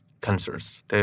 cancers